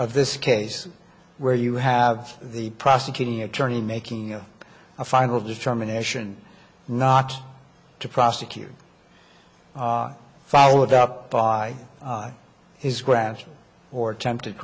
of this case where you have the prosecuting attorney making a final determination not to prosecute followed up by his grandson or attempted